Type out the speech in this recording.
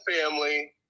family